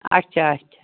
اچھا اچھا